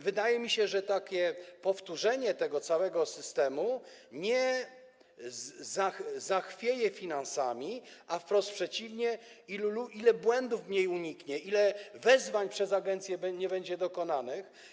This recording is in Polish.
Wydaje mi się, że takie powtórzenie tego całego systemu nie zachwieje finansami, a wprost przeciwnie: ilu błędów się uniknie, ile wezwań przez agencję nie będzie dokonanych.